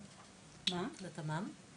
מהתמ"מ?